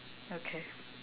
okay